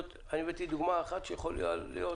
אני הבאתי דוגמה אחת ויכולות להיות